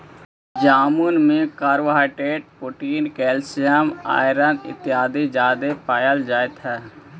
जामुन में carbohydrate protein calcium iron इत्यादि जादे पायल जा हई